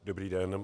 Dobrý den.